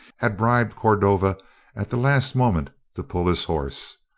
had bribed cordova at the last moment to pull his horse.